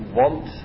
want